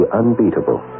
unbeatable